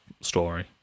story